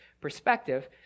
perspective